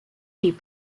des